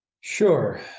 Sure